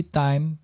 time